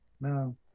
no